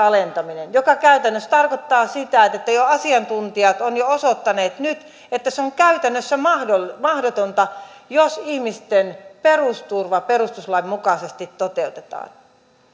alentaminen joka käytännössä tarkoittaa sitä että asiantuntijat ovat osoittaneet jo nyt että se on käytännössä mahdotonta jos ihmisten perusturva perustuslain mukaisesti toteutetaan